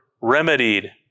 remedied